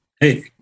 Hey